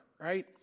right